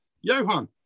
Johan